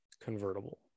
convertible